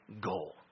goal